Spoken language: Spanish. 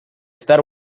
star